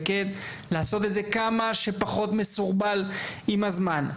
וכן לעשות את זה כמה שפחות מסורבל עם הזמן.